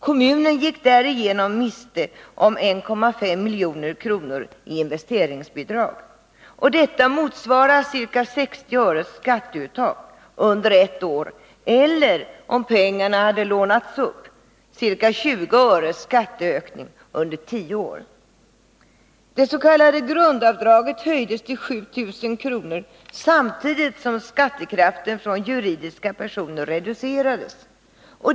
Kommunen gick härigenom miste om 1,5 milj.kr. i investeringsbidrag. Detta motsvarar ca 60 öres skatteuttag under ett år eller, om pengarna lånas upp, ca 20 öres skatteökning under tio år. Det s.k. grundavdraget höjdes till 7 000 kr. samtidigt som skattekraften för juridiska personer reducerades.